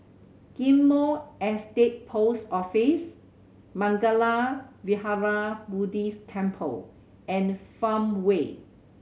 Ghim Moh Estate Post Office Mangala Vihara Buddhist Temple and Farmway